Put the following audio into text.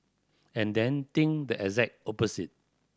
and then think the exact opposite